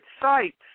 sites